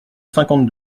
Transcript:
cinquante